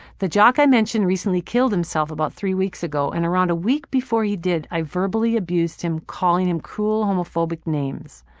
the jock i mentioned recently killed himself about three weeks ago and around a week before he did, i verbally abused him, calling him cruel, homophobic names.